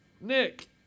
Nick